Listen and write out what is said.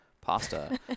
Pasta